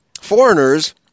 foreigners